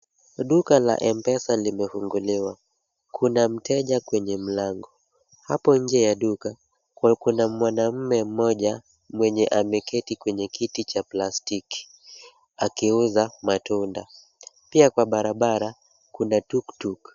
Duka la M-Pesa limefunguliwa. Kuna mteja kwenye mlango. Hapo nje ya duka, kuna mwanaume mmoja mwenye ameketi kwenye kiti cha plastiki akiuza matunda. Pia kwa barabara kuna tuktuk .